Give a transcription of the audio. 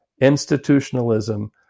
institutionalism